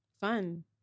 fun